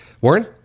Warren